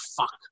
fuck